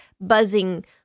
buzzing